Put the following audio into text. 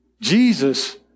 Jesus